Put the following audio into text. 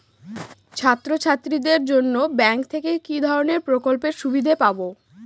ছাত্রছাত্রীদের জন্য ব্যাঙ্ক থেকে কি ধরণের প্রকল্পের সুবিধে পাবো?